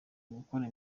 ugukora